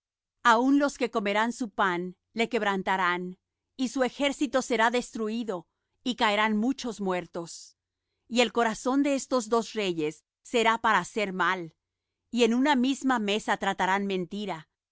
aun los que comerán su pan le quebrantarán y su ejército será destruído y caerán muchos muertos y el corazón de estos dos reyes será para hacer mal y en una misma mesa tratarán mentira